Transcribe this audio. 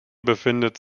befindet